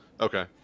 okay